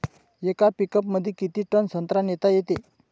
येका पिकअपमंदी किती टन संत्रा नेता येते?